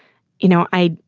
you know, i